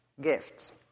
gifts